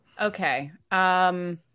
Okay